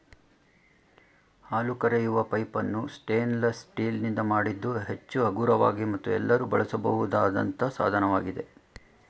ಹಾಲು ಕರೆಯುವ ಪೈಪನ್ನು ಸ್ಟೇನ್ಲೆಸ್ ಸ್ಟೀಲ್ ನಿಂದ ಮಾಡಿದ್ದು ಹೆಚ್ಚು ಹಗುರವಾಗಿ ಮತ್ತು ಎಲ್ಲರೂ ಬಳಸಬಹುದಾದಂತ ಸಾಧನವಾಗಿದೆ